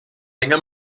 länger